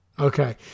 Okay